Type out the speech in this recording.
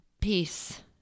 Peace